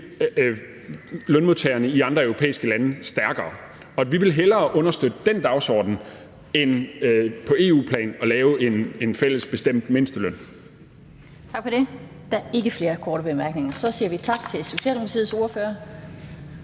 lønmodtagerne i andre europæiske lande stærkere. Vi vil hellere understøtte den dagsorden end på EU-plan at lave en fællesbestemt mindsteløn.